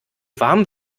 warm